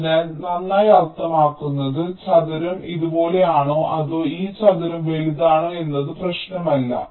അതിനാൽ നന്നായി അർത്ഥമാക്കുന്നത് ചതുരം ഇതുപോലെയാണോ അതോ ഈ ചതുരം വലുതാണോ എന്നത് പ്രശ്നമല്ല